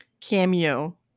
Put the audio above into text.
cameo